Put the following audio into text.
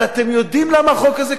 אבל אתם יודעים למה החוק הזה קשה?